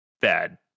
bad